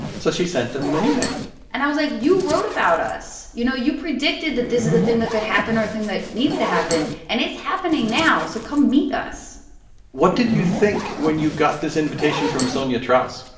so she sent him an email and i was like, you wrote about us. you know, you predicted that this is a thing that could happen or a thing that needs to happen, and it's happening now, so come meet us what did you think when you got this invitation from sonja trauss?